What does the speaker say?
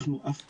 אנחנו אף פעם,